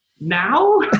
now